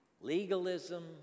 legalism